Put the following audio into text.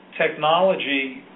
technology